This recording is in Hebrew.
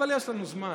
אבל יש לנו זמן,